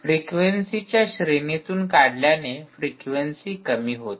फ्रिक्वेन्सीच्या श्रेणीतून काढल्याने फ्रिक्वेन्सी कमी होते